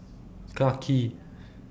Clarke Quay